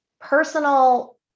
personal